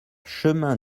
chemin